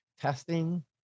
testing